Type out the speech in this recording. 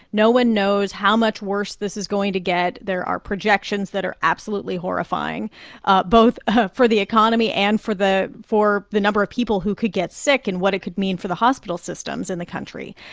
no one knows how much worse this is going to get. there are projections that are absolutely horrifying ah both ah for the economy and for the for the number of people who could get sick and what it could mean for the hospital systems in the country.